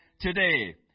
Today